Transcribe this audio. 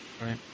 Right